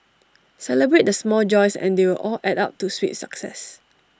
celebrate the small joys and they will all add up to sweet success